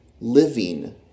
living